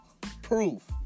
proof